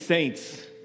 Saints